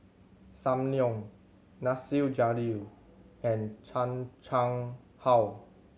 Sam Leong Nasir Jalil and Chan Chang How